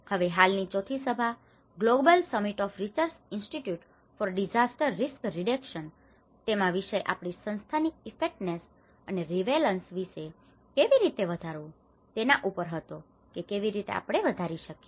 હવે હાલની ચોથી સભા global summit of research institute for disaster risk reduction તેમાં વિષય આપણી સંસ્થા ની ઇફેક્ટીવનેસ અને રીલેવન્સ કેવી રીતે વધારવું તેના ઉપર હતો કે કેવી રીતે આપણે વધારી શકીએ